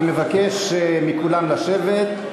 אני מבקש מכולם לשבת.